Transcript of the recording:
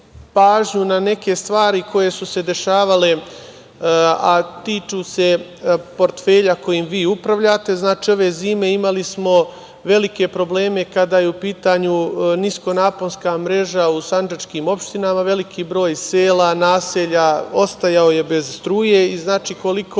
pažnju na neke stvari koje su se dešavale, a tiču se portfelja kojim vi upravljate. Ove zime imali smo velike probleme kada je u pitanju niskonaponska mreža u sandžačkim opštinama. Veliki broj sela, naselja ostajao je bez struje. Koliko